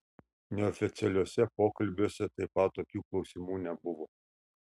neoficialiuose pokalbiuose taip pat tokių klausimų nebuvo